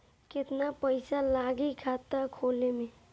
केतना पइसा लागी खाता खोले में?